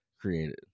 created